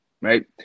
right